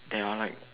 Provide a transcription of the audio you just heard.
there all like